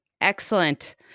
Excellent